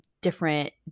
different